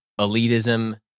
elitism